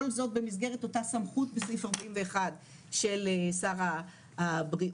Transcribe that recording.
כל זאת במסגרת אותה סמכות בסעיף 41 של שר הבריאות.